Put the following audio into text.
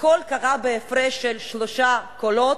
הכול קרה בהפרש של שלושה קולות.